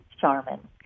Charmin